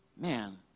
Man